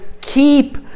keep